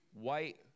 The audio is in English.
white